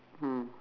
mm